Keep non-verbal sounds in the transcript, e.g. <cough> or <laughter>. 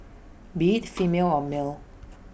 be IT <noise> female or male